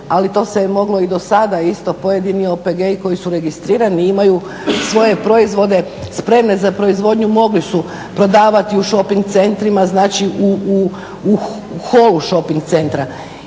ali to se moglo i do sada isto pojedini OPG-i koji su registrirani imaju svoje proizvode spremne za proizvodnju. Mogli su prodavati u shoping centrima, znači u holu shoping centra.